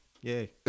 Yay